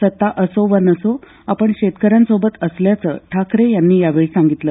सत्ता असो वा नसो आपण शेतकऱ्यांसोबत असल्याचं ठाकरे यांनी यावेळी सांगितलं